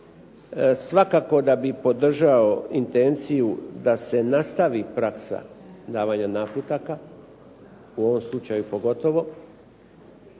svakako da bi podržao intenciju da se nastavi praksa davanja naputaka u ovom slučaju pogotovo,